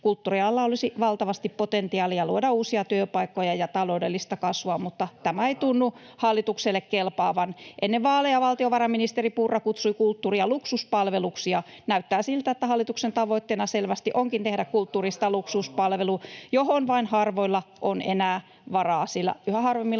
Kulttuurialalla olisi valtavasti potentiaalia luoda uusia työpaikkoja ja taloudellista kasvua, mutta tämä ei tunnu hallitukselle kelpaavan. Ennen vaaleja valtiovarainministeri Purra kutsui kulttuuria luksuspalveluksi, ja näyttää siltä, että hallituksen tavoitteena selvästi onkin tehdä kulttuurista luksuspalvelu, johon vain harvoilla on enää varaa, sillä yhä harvemmilla